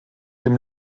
dem